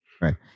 right